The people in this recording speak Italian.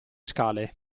scale